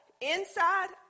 inside